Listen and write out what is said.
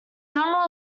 john